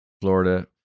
Florida